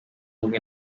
umwe